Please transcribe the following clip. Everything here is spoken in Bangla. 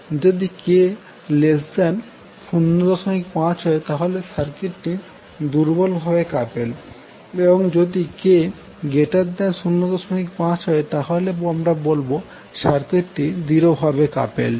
যদি k05 হয় তাহলে সার্কিট দুর্বল ভাবে কাপেলড এবং যদি k05 হয় তাহলে আমরা বলবো সার্কিট দৃঢ়ভাবে কাপেলড